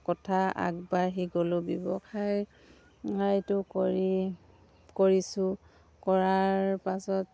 কথা আগবঢ়ি গলোঁ ব্যৱসায়টো কৰি কৰিছোঁ কৰাৰ পাছত